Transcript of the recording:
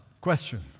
Question